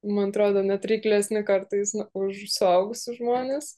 man atrodo net reiklesni kartais už suaugusius žmones